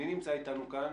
מי נמצא איתנו כאן?